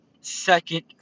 second